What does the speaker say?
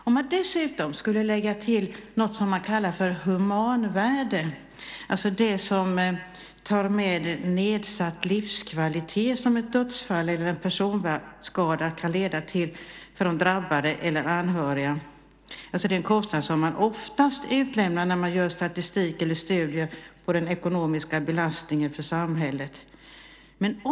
Om man lägger till det som man kallar för humanvärde - det som tar med den nedsatta livskvalitet som ett dödsfall eller en personskada kan leda till för drabbade eller anhöriga - blir det helt andra summor. Det är en kostnad som man oftast utelämnar när man gör statistik eller studier på den ekonomiska belastningen för samhället.